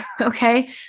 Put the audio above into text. okay